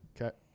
Okay